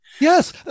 Yes